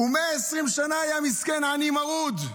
הוא 120 שנה היה מסכן, עני מרוד.